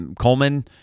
Coleman